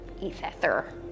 ether